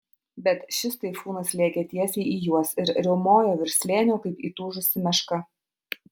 bet šis taifūnas lėkė tiesiai į juos ir riaumojo virš slėnio kaip įtūžusi meška